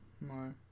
No